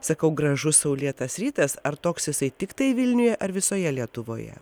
sakau gražus saulėtas rytas ar toks jisai tiktai vilniuje ar visoje lietuvoje